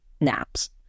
naps